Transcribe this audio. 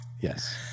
Yes